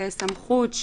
מצדי בשעות,